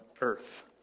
earth